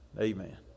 Amen